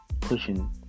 Pushing